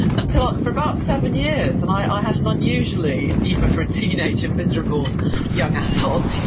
until, for about seven years, and i had an unusually, even for a teenager, miserable young adult.